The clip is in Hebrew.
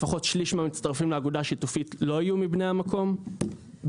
לפחות 1/3 מהמצטרפים לאגודה השיתופית לא יהיו מבני המקום ב.